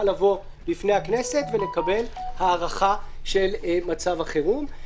לבוא בפני הכנסת ולקבל הארכה של מצב החירום.